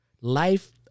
life